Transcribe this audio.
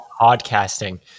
podcasting